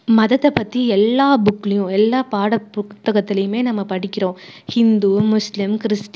மதத்தை பற்றி எல்லா புக்லேயும் எல்லா பாடப் புத்தகத்துலேயுமே நம்ம படிக்கின்றோம் ஹிந்து முஸ்லீம் கிறிஸ்டின்